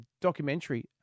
documentary